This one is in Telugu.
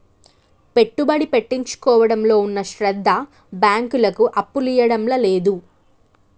పెట్టుబడి పెట్టించుకోవడంలో ఉన్న శ్రద్ద బాంకులకు అప్పులియ్యడంల లేదు